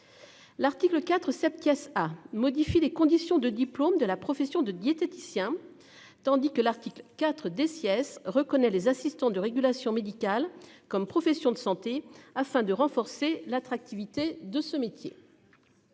L'article IV. Cette pièce a modifie les conditions de diplôme de la profession de diététiciens. Tandis que l'article IV des Siess reconnaît les assistants de régulation médicale comme profession de santé afin de renforcer l'attractivité de ce métier.